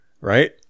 right